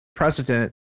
precedent